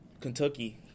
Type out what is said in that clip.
Kentucky